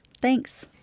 Thanks